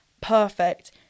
perfect